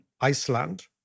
Iceland